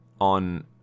on